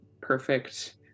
perfect